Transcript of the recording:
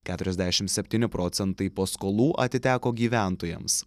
keturiasdešim septyni procentai paskolų atiteko gyventojams